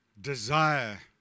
desire